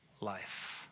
life